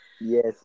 yes